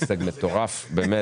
הישג מטורף, באמת.